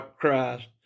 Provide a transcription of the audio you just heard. Christ